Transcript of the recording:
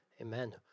Amen